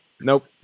nope